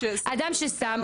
אדם ששם,